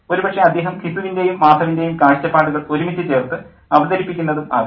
ഒരുപക്ഷേ അദ്ദേഹം ഘിസുവിൻ്റെയും മാധവിൻ്റെയും കാഴ്ചപ്പാടുകൾ ഒരുമിച്ച് ചേർത്ത് അവതരിപ്പിക്കുന്നതും ആകാം